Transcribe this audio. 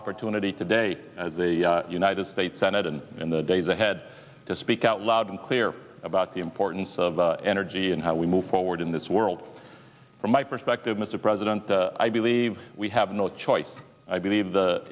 opportunity today as the united states senate and in the days ahead to speak out loud and clear about the importance of energy and how we move forward in this world from my perspective mr president i believe we have no choice i believe the